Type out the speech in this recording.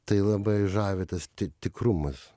tai labai žavi tas ti tikrumas